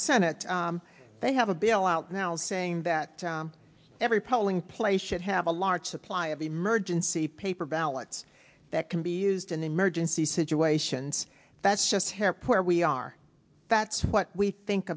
senate they have a bill out now saying that every polling place should have a large supply of emergency paper ballots that can be used in emergency situations that's just hair poor we are that's what we think